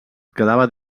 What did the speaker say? quedava